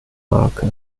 marke